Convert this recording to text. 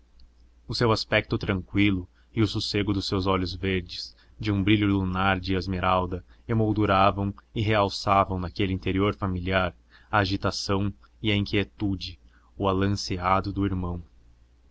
o seu aspecto tranqüilo e o sossego dos seus olhos verdes de um brilho lunar de esmeralda emolduravam e realçavam naquele interior familiar a agitação e a inquietude o alanceado do irmão